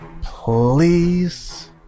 please